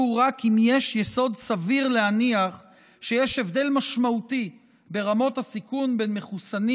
רק אם יש יסוד סביר להניח שיש הבדל משמעותי ברמות הסיכון בין מחוסנים